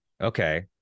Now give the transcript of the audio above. Okay